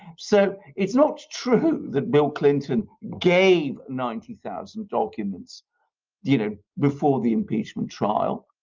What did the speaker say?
so it's not true that bill clinton gave ninety thousand documents you know before the impeachment trial.